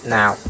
now